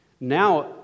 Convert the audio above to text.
Now